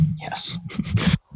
Yes